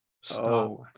stop